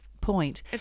point